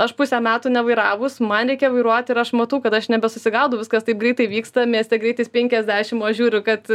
aš pusę metų nevairavus man reikia vairuot ir aš matau kad aš nebesusigaudau viskas taip greitai vyksta mieste greitis penkiasdešim o žiūriu kad